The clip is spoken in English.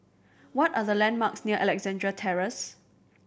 what are the landmarks near Alexandra Terrace